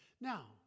Now